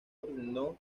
ordenó